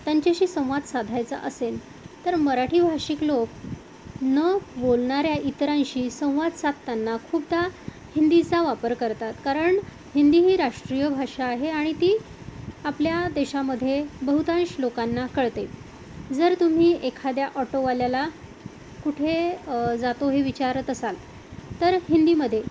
त्यांच्याशी संवाद साधायचा असेल तर मराठी भाषिक लोक न बोलणाऱ्या इतरांशी संवाद साधताना खूपदा हिंदीचा वापर करतात कारण हिंदी ही राष्ट्रीय भाषा आहे आणि ती आपल्या देशामध्ये बहुतांश लोकांना कळते जर तुम्ही एखाद्या ऑटोवाल्याला कुठे जातो हे विचारत असाल तर हिंदीमध्ये